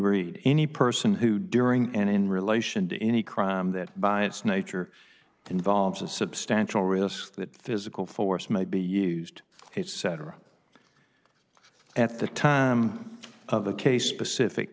read any person who during and in relation to any crime that by its nature involves a substantial risk that the physical force may be used it cetera at the time of the case specific